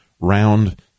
round